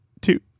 Two